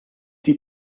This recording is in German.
die